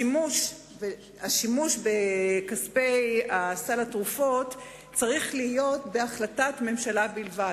השימוש בכספי סל התרופות צריך להיות בהחלטת ממשלה בלבד.